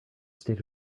state